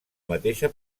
mateixa